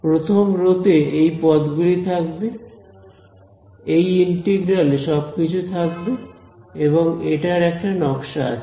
প্রথম রো তে এই পদ গুলি থাকবে এই ইন্টিগ্রাল এ সবকিছু থাকবে এবং এটার একটা নকশা আছে